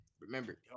Remember